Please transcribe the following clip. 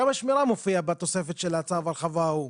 גם השמירה מופיע בתוספת של צו ההרחבה ההוא.